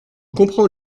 comprends